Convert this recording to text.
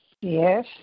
Yes